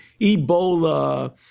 Ebola